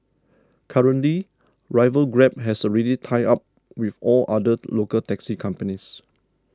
currently rival Grab has already tied up with all other local taxi companies